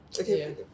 Okay